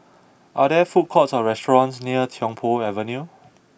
are there food courts or restaurants near Tiong Poh Avenue